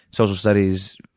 social studies,